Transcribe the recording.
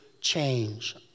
change